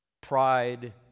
pride